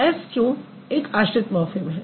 एवं s क्यों एक आश्रित मॉर्फ़िम है